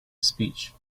speech